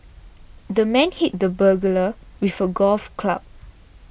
the man hit the burglar with a golf club